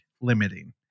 limiting